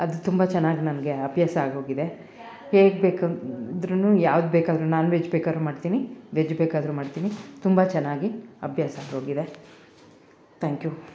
ಅದು ತುಂಬ ಚೆನ್ನಾಗ್ ನನಗೆ ಅಭ್ಯಾಸ ಆಗೋಗಿದೆ ಹೇಗೆ ಬೇಕಾದ್ರು ಯಾವ್ದು ಬೇಕಾದ್ರು ನಾನ್ ವೆಜ್ ಬೇಕಾದರು ಮಾಡ್ತಿನಿ ವೆಜ್ ಬೇಕಾದರು ಮಾಡ್ತಿನಿ ತುಂಬ ಚೆನ್ನಾಗಿ ಅಭ್ಯಾಸ ಆಗೋಗಿದೆ ಥ್ಯಾಂಕ್ ಯೂ